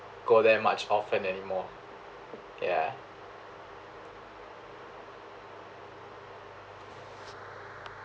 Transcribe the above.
go there much often anymore ya